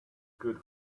good